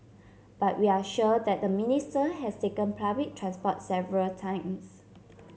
but we are sure that the Minister has taken public transport several times